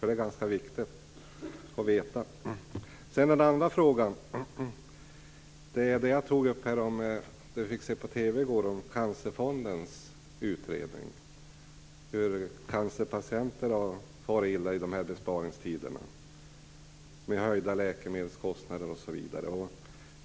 Det är ganska viktigt att veta. Den andra frågan gäller det jag tog upp om det vi fick se på TV i går om Cancerfondens utredning. Den visar hur cancerpatienter har farit illa i dessa besparingstider. De har fått höjda läkemedelskostnader osv.